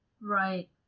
Right